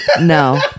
No